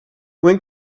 when